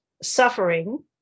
Suffering